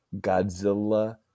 Godzilla